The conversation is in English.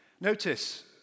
Notice